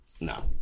No